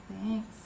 Thanks